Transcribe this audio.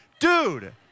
Dude